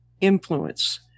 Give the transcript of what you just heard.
influence